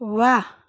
वाह